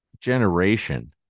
generation